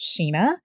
Sheena